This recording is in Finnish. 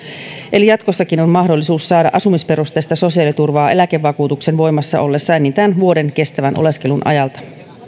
eli jatkossakin on mahdollisuus saada asumisperusteista sosiaaliturvaa eläkevakuutuksen voimassa ollessa enintään vuoden kestävän oleskelun ajalta